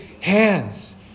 hands